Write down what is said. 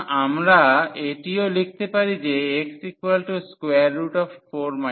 সুতরাং আমরা এটিও লিখতে পারি যে x4 y